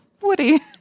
Woody